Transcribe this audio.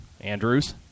Andrews